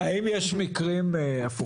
אבל האם יש מקרים הפוכים?